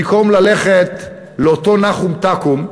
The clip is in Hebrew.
במקום ללכת לאותו נחום-תקום,